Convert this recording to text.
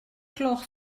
gloch